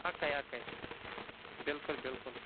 اَکَے اَکَے بِلکُل بِلکُل